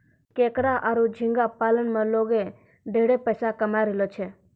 केकड़ा आरो झींगा पालन में लोगें ढेरे पइसा कमाय रहलो छै